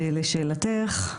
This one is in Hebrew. ולשאלתך,